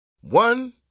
One